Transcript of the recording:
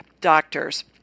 doctors